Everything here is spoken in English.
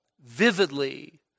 vividly